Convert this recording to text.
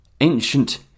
ancient